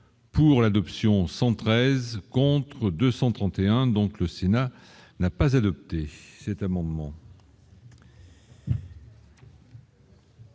pour l'adoption 113 contre 231 donc, le Sénat n'a pas adopté cet amendement.